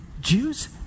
Jews